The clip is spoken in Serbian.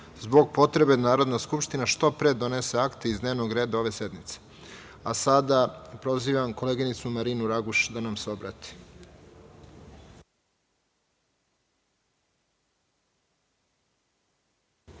zbog potrebe da Narodna skupština što pre donese akte iz dnevnog reda ove sednice. Sada prozivam koleginicu Marinu Raguš da nam se obrati.